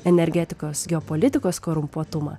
energetikos geopolitikos korumpuotumą